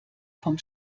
vom